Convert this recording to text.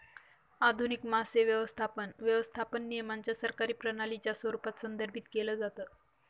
आधुनिक मासे व्यवस्थापन, व्यवस्थापन नियमांच्या सरकारी प्रणालीच्या स्वरूपात संदर्भित केलं जातं